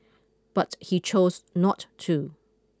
but he chose not to